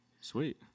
Sweet